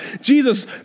Jesus